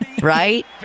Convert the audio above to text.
Right